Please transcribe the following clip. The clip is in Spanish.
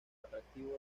atractivo